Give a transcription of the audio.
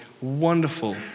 wonderful